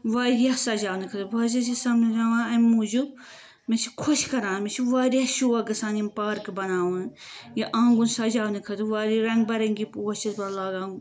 واریاہ سجاونہٕ خٲطرٕ بہٕ حظ چھس یہِ سجاوان اَمہِ موٗجوٗب مےٚ چھِ خۄش کَران مےٚ چھُ واریاہ شوق گَژھان یہِ پارکہٕ بناوُن یہِ آنگُن سجاونہٕ خٲطرٕ واریاہ رَنگ برٔنگی پوش چھس بہٕ اَتھ لاگان